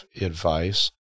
advice